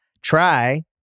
Try